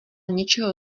něčeho